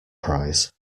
prize